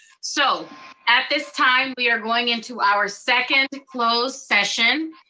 so at this time we are going into our second closed session,